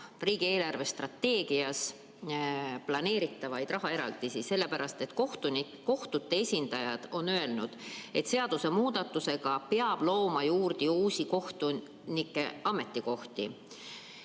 riigi eelarvestrateegias planeeritavaid rahaeraldisi, sellepärast et kohtute esindajad on öelnud, et seadusemuudatusega peab looma juurde uusi kohtunike ametikohti.